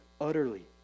utterly